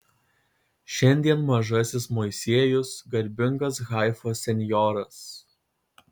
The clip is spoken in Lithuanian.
šiandien mažasis moisiejus garbingas haifos senjoras